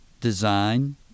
design